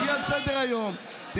אם יש מישהו שמכיר את סדר-היום, זה אני.